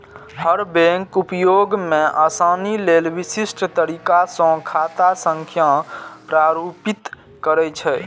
हर bank उपयोग मे आसानी लेल विशिष्ट तरीका सं खाता संख्या प्रारूपित करै छै